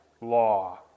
law